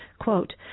quote